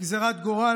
גזרת גורל,